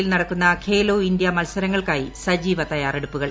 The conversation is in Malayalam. ഗുവഹാട്ടിയിൽ നടക്കുന്ന ഖേലോ ഇന്ത്യ മത്സരങ്ങൾക്കായി സജീവ തയ്യാറെടുപ്പുകൾ